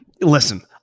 Listen